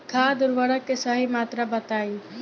खाद उर्वरक के सही मात्रा बताई?